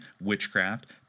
witchcraft